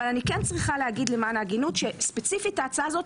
אני כן צריכה להגיד למען ההגינות שספציפית ההצעה הזאת,